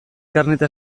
karneta